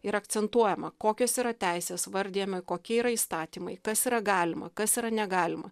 ir akcentuojama kokios yra teisės vardijami kokie yra įstatymai kas yra galima kas yra negalima